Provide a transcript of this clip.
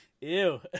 Ew